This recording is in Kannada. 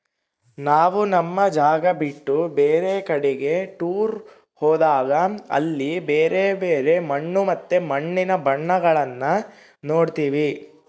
ನಾವು ನಮ್ಮ ಜಾಗ ಬಿಟ್ಟು ಬೇರೆ ಕಡಿಗೆ ಟೂರ್ ಹೋದಾಗ ಅಲ್ಲಿ ಬ್ಯರೆ ಬ್ಯರೆ ಮಣ್ಣು ಮತ್ತೆ ಮಣ್ಣಿನ ಬಣ್ಣಗಳನ್ನ ನೋಡ್ತವಿ